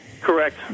Correct